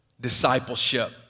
discipleship